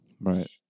Right